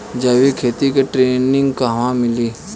जैविक खेती के ट्रेनिग कहवा मिली?